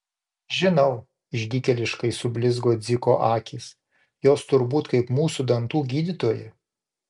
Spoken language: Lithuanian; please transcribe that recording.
žinau išdykėliškai sublizgo dziko akys jos turbūt kaip mūsų dantų gydytoja